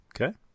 Okay